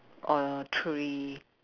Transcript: or three